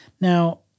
Now